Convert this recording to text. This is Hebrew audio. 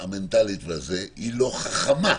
מנטלית, היא לא חכמה.